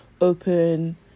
open